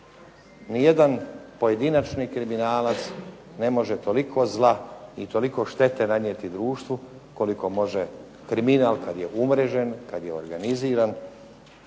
Nijedan pojedinačni kriminalac ne može toliko zla i toliko štete nanijeti društvu koliko može kriminal kad je umrežen, kad je organiziran,